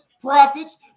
profits